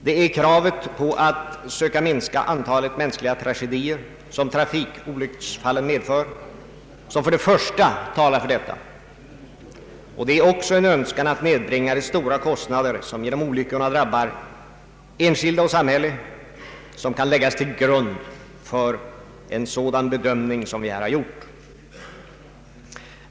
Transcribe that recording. Det är kravet på att söka minska antalet mänskliga tragedier som trafikolycksfallen medför som först och främst talar för detta, och det är också en önskan att nedbringa de stora kostnader som genom olyckorna drabbar enskilda och samhället som kan läggas till grund för en sådan bedömning som vi här har gjort.